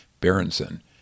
Berenson